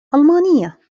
ألمانية